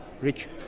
rich